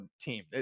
team